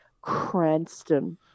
Cranston